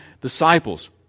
disciples